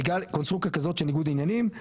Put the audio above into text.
בגלל קונסטרוקציה כזאת של ניגוד עניינים,